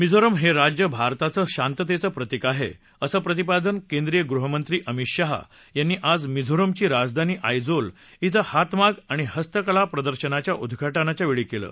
मिझोराम हे राज्य भारताचं शांततेचं प्रतीक आहे असं प्रतिपादन केंद्रीय गृहमंत्री अमित शाह यांनी आज मिझोराम ची राजधानी आईजोल श्वे हातमाग आणि हस्तकला प्रदर्शनाच्या उदघाटनाच्या वेळी केलं